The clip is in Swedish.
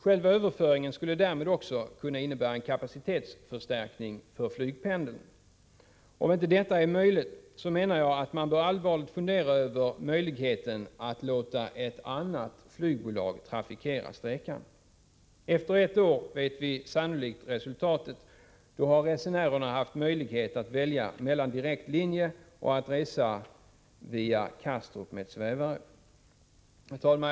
Själva överföringen skulle därmed också kunna innebära en kapacitetsförstärkning för flygpendeln. Om inte detta är möjligt menar jag att man allvarligt bör fundera över möjligheten att låta ett annat flygbolag trafikera sträckan. Efter ett år vet vi sannolikt resultatet. Då har resenärerna haft möjlighet att välja mellan att flyga via direktlinjen och att resa via Kastrup med svävare. Herr talman!